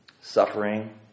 Suffering